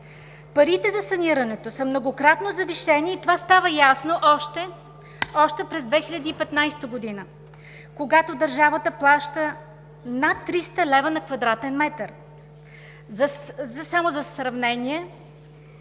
Парите за санирането са многократно завишени и това става ясно още през 2015 г., когато държавата плаща над 300 лв. на кв. м.